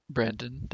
Brandon